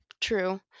true